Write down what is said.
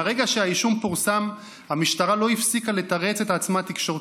מהרגע שהאישום פורסם המשטרה לא הפסיקה לתרץ את עצמה תקשורתית,